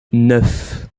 neuf